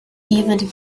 ivan